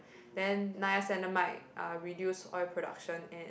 then niacinamide uh reduce oil production and